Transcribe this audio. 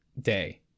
day